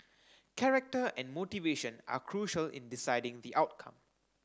character and motivation are crucial in deciding the outcome